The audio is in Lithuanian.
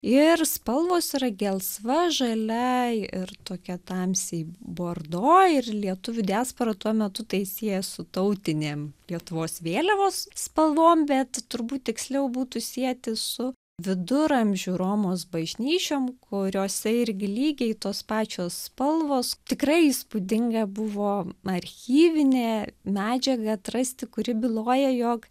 ir spalvos yra gelsva žalia ir tokia tamsiai bordo ir lietuvių diaspora tuo metu tai sieja su tautinėm lietuvos vėliavos spalvom bet turbūt tiksliau būtų sieti su viduramžių romos bažnyčiom kuriose irgi lygiai tos pačios spalvos tikrai įspūdinga buvo archyvinę medžiagą atrasti kuri byloja jog